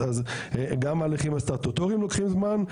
אז גם ההליכים הסטטוטוריים לוקחים זמן,